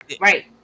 Right